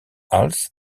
hals